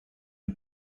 are